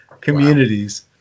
communities